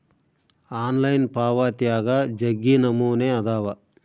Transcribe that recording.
online ಪಾವಾತ್ಯಾಗ ಜಗ್ಗಿ ನಮೂನೆ ಅದಾವ